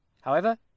However